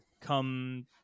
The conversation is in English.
come